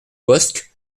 bosc